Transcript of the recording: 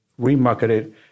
remarketed